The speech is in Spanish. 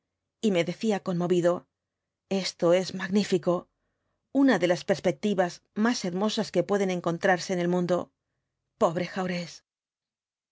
y me decía conmovido esto es magnífico una de las perspectivas más hermosas que pueden encontrarse en el mundo pobre jaurés